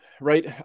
right